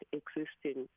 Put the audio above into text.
existing